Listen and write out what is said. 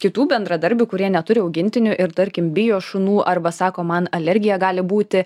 kitų bendradarbių kurie neturi augintinių ir tarkim bijo šunų arba sako man alergija gali būti